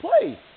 Play